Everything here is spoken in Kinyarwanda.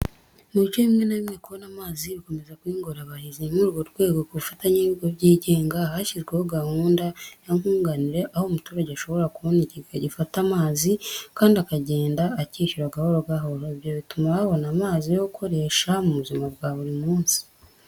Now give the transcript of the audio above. Mu bice bimwe na bimwe, kubona amazi meza bikomeza kuba ingorabahizi. Ni muri urwo rwego kubufatanye n'ibigo by'igenga hashyizweho gahunda ya nkunganire, aho umuturage ashobora kubona ikigega gifata amazi, kandi akagenda akishyura gahoro gahoro. Ibyo bituma babona amazi yo gukoresha mu buzima bwa buri munsi.